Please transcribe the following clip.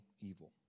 evil